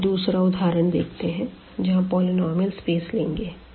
अब हम दूसरा उदाहरण देखते हैं जहां पॉलिनॉमियल्स स्पेस लेंगे